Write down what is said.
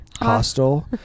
Hostel